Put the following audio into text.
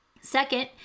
second